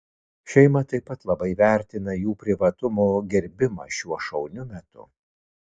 šeima taip pat labai vertina jų privatumo gerbimą šiuo šauniu metu